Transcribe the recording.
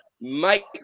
Mike